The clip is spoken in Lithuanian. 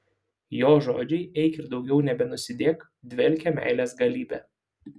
jo žodžiai eik ir daugiau nebenusidėk dvelkia meilės galybe